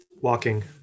walking